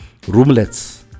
roomlets